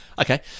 Okay